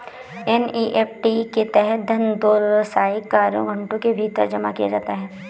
NEFT के तहत धन दो व्यावसायिक कार्य घंटों के भीतर जमा किया जाता है